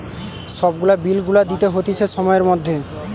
সব গুলা বিল গুলা দিতে হতিছে সময়ের মধ্যে